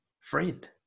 friend